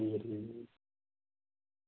ठीक ऐ ठीक